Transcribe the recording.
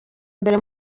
mbere